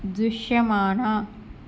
దృశ్యమాన